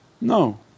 No